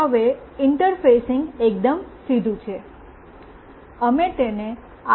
હવેઇન્ટરફેસિંગ એકદમ સીધું છે